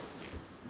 no choice